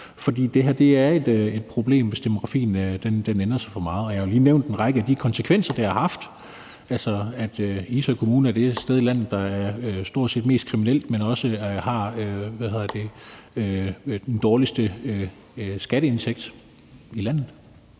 for det er et problem, hvis demografien ændrer sig for meget. Jeg har jo lige nævnt en række af de konsekvenser, det har haft, altså at Ishøj Kommune er det sted i landet, der stort set er mest kriminelt, men også har den dårligste skatteindtægt i landet.